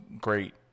great